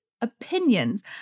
opinions